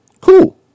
Cool